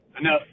enough